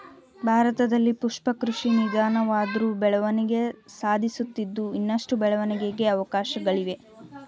ಭಾರತದಲ್ಲಿ ಪುಷ್ಪ ಕೃಷಿ ನಿಧಾನವಾದ್ರು ಬೆಳವಣಿಗೆ ಸಾಧಿಸುತ್ತಿದ್ದು ಇನ್ನಷ್ಟು ಬೆಳವಣಿಗೆಗೆ ಅವಕಾಶ್ಗಳಿವೆ